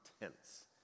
tense